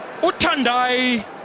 Utandai